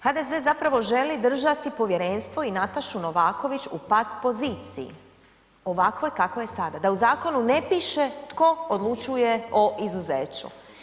HDZ zapravo želi držati povjerenstvo i Natašu Novaković u pat poziciji ovakvoj kakvoj je sada da u zakonu ne piše tko odlučuje o izuzeću.